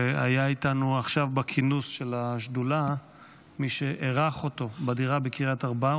והיה איתנו עכשיו בכינוס של השדולה מי שאירח אותו בדירה בקריית ארבע.